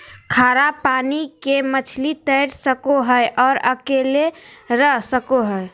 खारा पानी के मछली तैर सको हइ और अकेले रह सको हइ